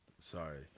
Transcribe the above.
Sorry